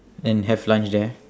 then have lunch there